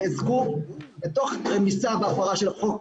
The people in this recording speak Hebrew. נאזקו תוך רמיסה והפרה של החוק,